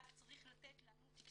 רק צריך לתת לנו תקציב.